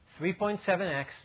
3.7x